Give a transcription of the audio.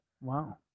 Wow